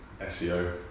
SEO